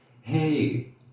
hey